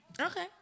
okay